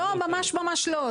לא, ממש ממש לא.